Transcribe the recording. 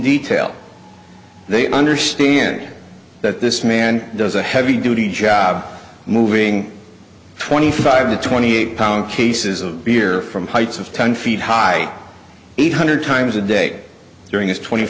detail they understand that this man does a heavy duty job moving twenty five to twenty eight pound cases of beer from heights of ten feet high eight hundred times a day during his twenty